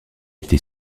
été